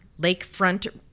lakefront